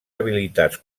habilitats